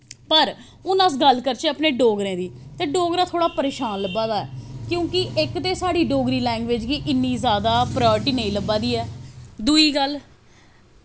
पर हून अस गल्ल करचै अपने डोगरें दी ते डोगरा थोह्ड़ा परेशान लब्भा दा ऐ क्योंकि इक ते साढ़ी डोगरी लैंग्वेज़ गी इ'न्नी जादा प्रायोरिटी नेईं लब्भा दी ऐ दूई गल्ल